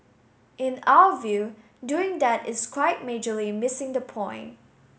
in our view doing that is quite majorly missing the point